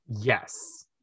Yes